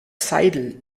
seidel